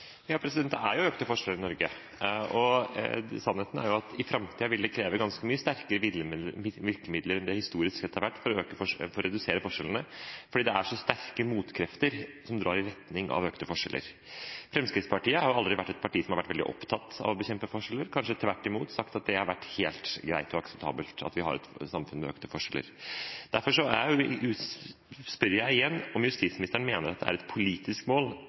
Det er jo økte forskjeller i Norge, og sannheten er jo at i framtiden vil det kreve ganske mye sterkere virkemidler enn det historisk sett har vært for å redusere forskjellene, fordi det er så sterke motkrefter som drar i retning av økte forskjeller. Fremskrittspartiet har aldri vært et parti som har vært veldig opptatt av å bekjempe forskjeller – kanskje tvert imot sagt at det har vært helt greit og akseptabelt at vi har et samfunn med økte forskjeller. Derfor spør jeg igjen om justisministeren mener at det er et politisk mål,